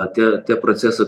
atėjo tie procesai